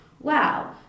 wow